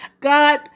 God